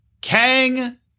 Kang